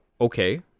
Okay